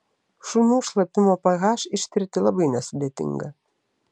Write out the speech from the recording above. šunų šlapimo ph ištirti labai nesudėtinga